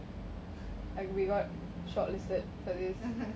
like we got shortlisted for this